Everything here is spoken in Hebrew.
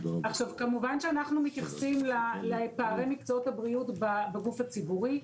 כמובן שאנחנו מתייחסים לפערי מקצועות הבריאות בגוף הציבורי,